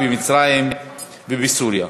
במצרים ובסוריה,